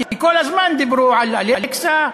כי כל הזמן דיברו על "אלקסה"